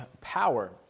power